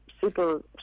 super